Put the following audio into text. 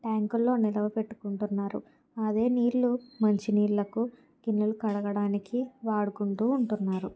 ట్యాంకుల్లో నిలువ పెట్టుకుంటున్నారు అదే నీళ్ళు మంచినీళ్ళకు గిన్నెలు కడగడానికి వాడుకుంటూ ఉంటున్నారు